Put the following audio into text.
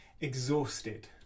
Exhausted